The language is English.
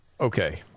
Okay